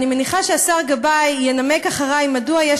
אני מניחה שהשר גבאי ינמק אחרי מדוע יש